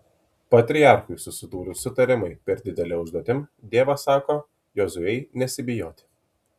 patriarchui susidūrus su tariamai per didele užduotim dievas sako jozuei nesibijoti